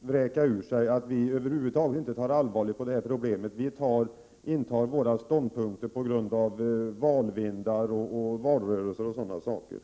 vräka ur sig att vi över huvud taget inte tar allvarligt på problemen utan intar våra ståndpunkter på grund av valvindarna, valrörelsen osv.